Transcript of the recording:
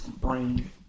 brain